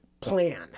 plan